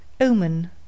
Omen